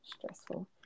stressful